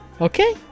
okay